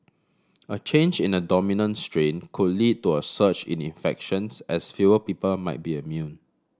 a change in the dominant strain could lead to a surge in infections as fewer people might be immune